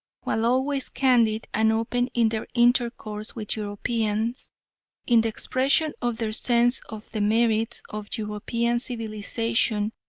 while always candid and open in their intercourse with europeans in the expression of their sense of the merits of european civilisation,